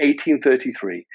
1833